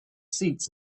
seats